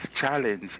challenge